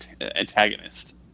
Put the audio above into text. antagonist